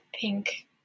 pink